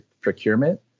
procurement